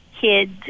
Kids